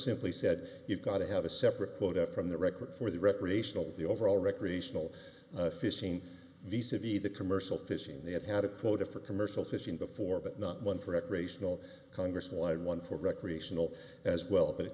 simply said you've got to have a separate quota from the record for the recreational the overall recreational fishing the city the commercial fishing they have had a quota for commercial fishing before but not one for recreational congress wanted one for recreational as well but it